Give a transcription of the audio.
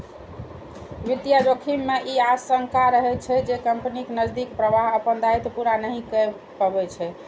वित्तीय जोखिम मे ई आशंका रहै छै, जे कंपनीक नकदीक प्रवाह अपन दायित्व पूरा नहि कए पबै छै